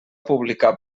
publicar